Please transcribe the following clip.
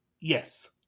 Yes